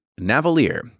navalier